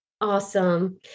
Awesome